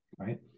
right